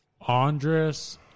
Andres